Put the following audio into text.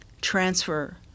transfer